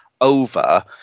over